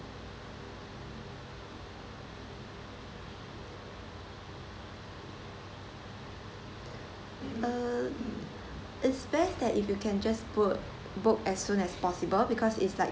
uh it's best that if you can just book book as soon as possible because it's like